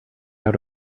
out